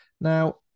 Now